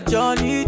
Johnny